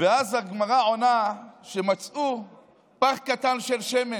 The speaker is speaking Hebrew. ואז הגמרא עונה שמצאו פך קטן של שמן,